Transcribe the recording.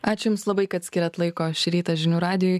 ačiū jums labai kad skyrėt laiko šį rytą žinių radijui